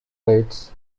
waits